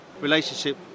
relationship